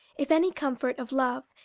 if any comfort of love,